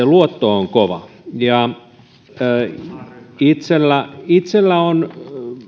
luotto on kova itselläni itselläni on